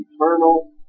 eternal